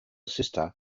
sister